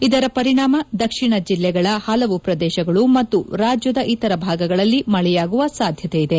ಇದರ ಪರಿಣಾಮ ದಕ್ಷಿಣ ಜಿಲ್ಲೆಗಳ ಹಲವು ಪ್ರದೇಶಗಳು ಮತ್ತು ರಾಜ್ಯದ ಇತರ ಭಾಗಗಳಲ್ಲಿ ಮಳೆಯಾಗುವ ಸಾಧ್ಯತೆ ಇದೆ